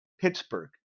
Pittsburgh